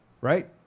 right